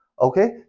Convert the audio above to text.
Okay